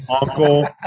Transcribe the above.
uncle